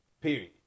Period